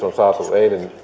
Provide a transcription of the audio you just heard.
on saatu